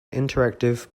interactive